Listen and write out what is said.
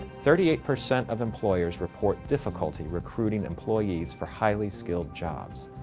thirty-eight percent of employers report difficulty recruiting employees for highly skilled jobs.